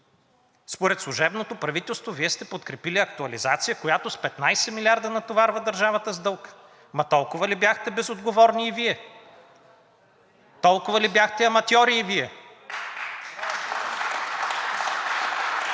Според служебното правителство Вие сте подкрепили актуализация, която с 15 милиарда натоварва държавата с дълг. Ама толкова ли бяхте безотговорни и Вие, толкова ли бяхте аматьори и Вие?